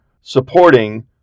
supporting